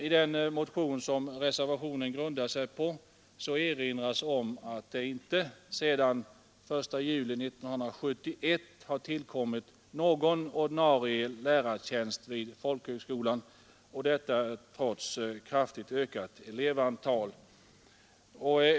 I den motion som reservationen grundar sig på erinras om att det inte sedan den 1 juli 1971 har tillkommit någon ordinarie lärartjänst vid folkhögskolan, detta trots kraftigt ökat elevantal.